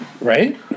Right